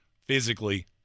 physically